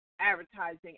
advertising